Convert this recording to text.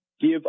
give